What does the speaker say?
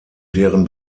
deren